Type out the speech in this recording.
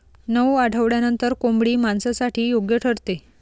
नऊ आठवड्यांनंतर कोंबडी मांसासाठी योग्य ठरते